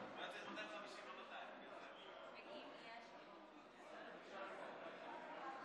נפסקה בשעה 17:26 ונתחדשה בשעה 21:35.) לילה טוב.